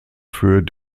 für